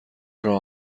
راه